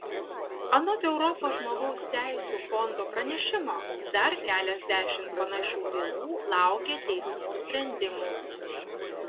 anot europos žmogaus teisių fondo pranešimo dar keliasdešimt panašių bylų laukia teismų sprendimų